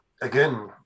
Again